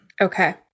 Okay